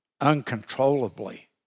uncontrollably